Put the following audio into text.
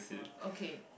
okay